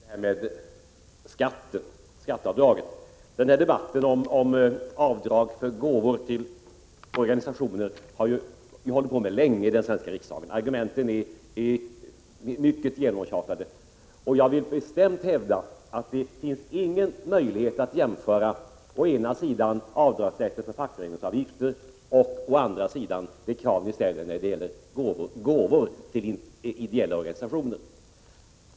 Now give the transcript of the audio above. Herr talman! Jag vill börja med frågan om skatteavdraget. Debatten om avdrag för gåvor till organisationer har vi fört länge här i riksdagen. Argumenten är mycket genomtjatade. Jag vill bestämt hävda att det inte finns någon möjlighet att jämföra å ena sidan rätten till avdrag för fackföreningsavgifter och å andra sidan det krav ni ställer när det gäller gåvor till ideella organisationer.